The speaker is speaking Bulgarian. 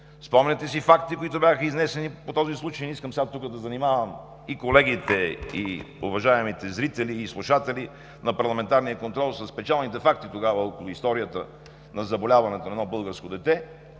спомняте си фактите, които бяха изнесени по този случай – не искам сега тук да занимавам и колегите, и уважаемите зрители, и слушатели на парламентарния контрол с печалните факти тогава около историята на заболяването на едно българско дете,